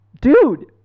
Dude